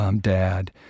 dad